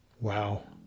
Wow